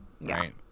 right